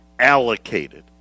Allocated